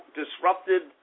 disrupted